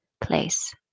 place